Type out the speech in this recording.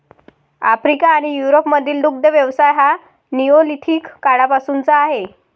Africa आणि युरोपमधील दुग्ध व्यवसाय हा निओलिथिक काळापासूनचा आहे